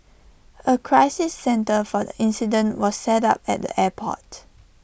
A crisis centre for the incident was set up at the airport